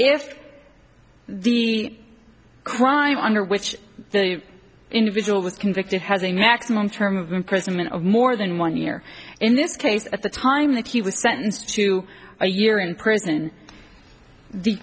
if the crime under which the individual was convicted has a maximum term of imprisonment of more than one year in this case at the time that he was sentenced to a year in prison the